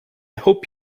hope